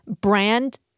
brand